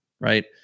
right